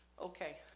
Okay